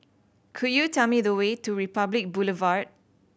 could you tell me the way to Republic Boulevard